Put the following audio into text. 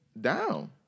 down